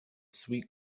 sweet